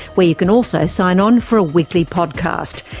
where you can also sign on for a weekly podcast.